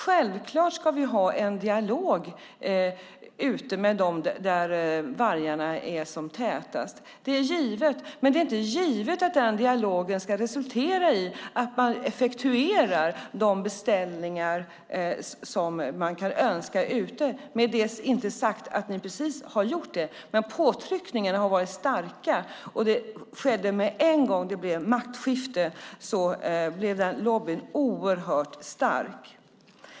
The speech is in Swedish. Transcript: Självklart ska vi ha en dialog med dem som lever där vargarna finns som tätast. Det är givet, men det är inte givet att den dialogen ska resultera i att man effektuerar de beställningar som man kan önska där ute. Med detta är det inte sagt att ni har gjort precis det, men påtryckningarna har varit starka. Den lobbyn blev oerhört stark med en gång det blev maktskifte.